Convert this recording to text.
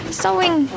sewing